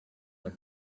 the